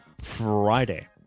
Friday